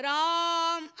Ram